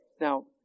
Now